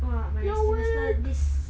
!wah! my semester this